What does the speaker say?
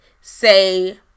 Say